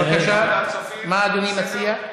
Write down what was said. בבקשה, מה אדוני מציע?